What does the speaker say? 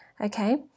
okay